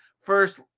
first